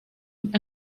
and